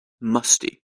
musty